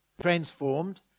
Transformed